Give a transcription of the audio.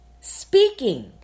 speaking